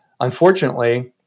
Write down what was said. Unfortunately